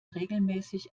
regelmäßig